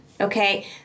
okay